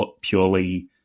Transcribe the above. purely